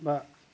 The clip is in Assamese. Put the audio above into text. বা